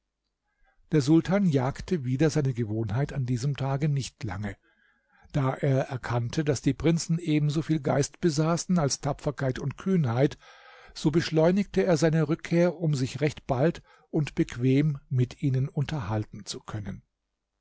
der sultan jagte wider seine gewohnheit an diesem tage nicht lange da er erkannte daß die prinzen ebenso viel geist besaßen als tapferkeit und kühnheit so beschleunigte er seine rückkehr um sich recht bald und bequem mit ihnen unterhalten zu können